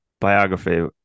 biography